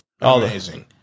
Amazing